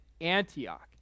Antioch